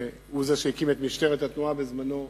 שהוא זה שהקים את משטרת התנועה בזמנו,